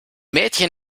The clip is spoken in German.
mädchen